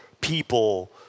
people